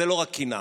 זו לא רק קנאה.